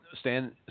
stand